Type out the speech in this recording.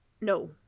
No